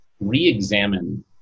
re-examine